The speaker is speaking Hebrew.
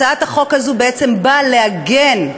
הצעת החוק הזאת בעצם באה להגן,